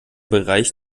bereich